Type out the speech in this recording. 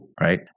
right